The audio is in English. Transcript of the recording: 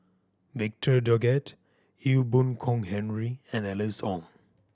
Victor Doggett Ee Boon Kong Henry and Alice Ong